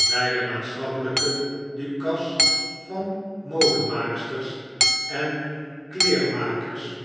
by de maatschappelijke ducasse van modemaaksters en kleermakers